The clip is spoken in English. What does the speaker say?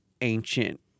ancient